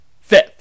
Fifth